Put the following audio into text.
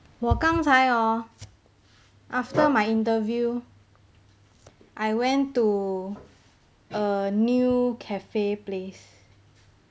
我刚才 hor after my interview I went to a new cafe place